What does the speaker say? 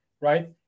right